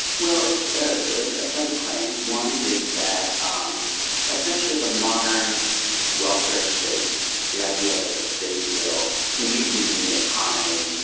well, it's a set of claims. one is that um essentially the modern welfare state the idea that the state will intervene in the economy,